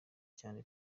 cyane